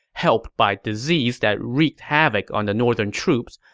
helped by disease that wreaked havoc on the northern troops,